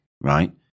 right